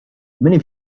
many